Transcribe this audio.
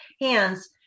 hands